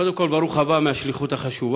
קודם כול, ברוך הבא מהשליחות החשובה.